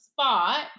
spot